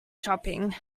shopping